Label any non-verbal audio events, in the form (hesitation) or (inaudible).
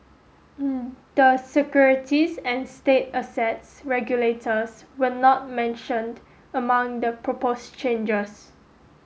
(hesitation) the securities and state assets regulators were not mentioned among the proposed changes